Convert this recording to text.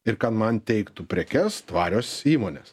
ir kad man teiktų prekes tvarios įmonės